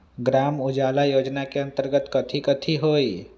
ग्राम उजाला योजना के अंतर्गत कथी कथी होई?